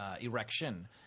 erection